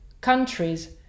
countries